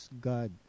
God